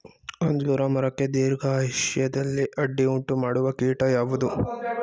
ಅಂಜೂರ ಮರಕ್ಕೆ ದೀರ್ಘಾಯುಷ್ಯದಲ್ಲಿ ಅಡ್ಡಿ ಉಂಟು ಮಾಡುವ ಕೀಟ ಯಾವುದು?